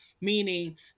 meaning